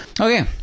Okay